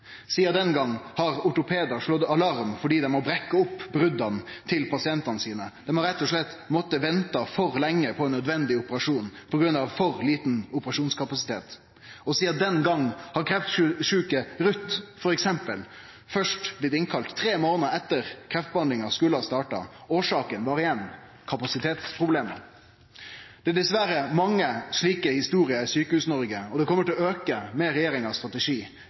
har ortopedar slått alarm fordi dei må brekkje opp brota til pasientane sine. Dei har rett og slett måtte vente for lenge på nødvendig operasjon på grunn av for liten operasjonskapasitet, og sidan den gongen har f.eks. kreftsjuke Ruth blitt kalla inn først tre månader etter at kreftbehandlinga skulle ha starta. Årsaka var igjen kapasitetsproblem. Det er dessverre mange slike historier i Sjukehus-Noreg, og talet kjem til å auke med regjeringas strategi: